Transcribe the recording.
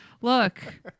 Look